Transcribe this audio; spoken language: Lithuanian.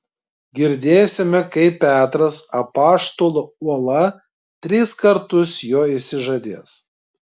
girdėsime kaip petras apaštalų uola tris kartus jo išsižadės